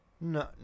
No